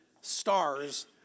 stars